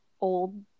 old